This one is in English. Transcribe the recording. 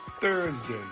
Thursday